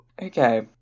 Okay